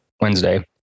Wednesday